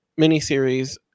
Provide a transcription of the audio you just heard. miniseries